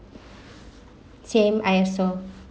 same I also